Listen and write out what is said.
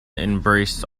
embraced